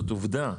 זאת עובדה,